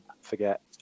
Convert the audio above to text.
forget